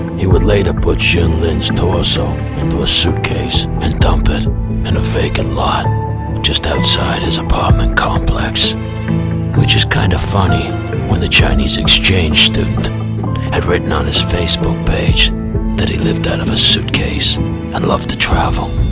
he would later put jun lins torso into a suitcase and dump it in a vacant lot just outside his apartment complex which is kind of funny when the chinese exchange student had written on his facebook page that he lived out of a suitcase and loved to travel